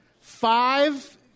five